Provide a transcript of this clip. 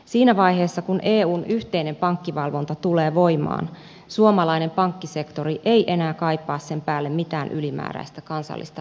siinä vaiheessa kun eun yhteinen pankkivalvonta tulee voimaan suomalainen pankkisektori ei enää kaipaa sen päälle mitään ylimääräistä kansallista rasitusta